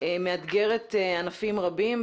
מאתגרת ענפים רבים,